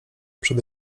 przede